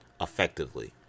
effectively